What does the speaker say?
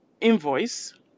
invoice